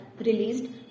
released